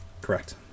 Correct